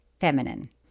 feminine